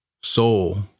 Soul